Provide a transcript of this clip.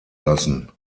lassen